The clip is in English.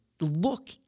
look